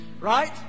Right